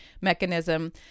mechanism